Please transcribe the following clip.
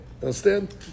understand